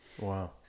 wow